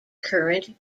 current